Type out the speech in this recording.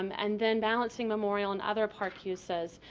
um and then balancing memorial and other park uses.